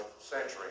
century